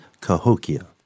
Cahokia